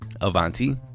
Avanti